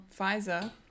pfizer